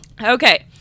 Okay